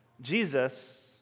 Jesus